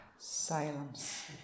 Silence